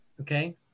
okay